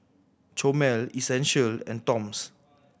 Chomel Essential and Toms